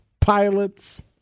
pilots